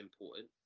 important